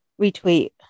retweet